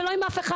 ולא אף אחד.